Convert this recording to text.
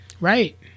Right